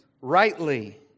rightly